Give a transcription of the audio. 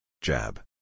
Jab